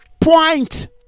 point